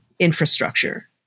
infrastructure